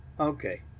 Okay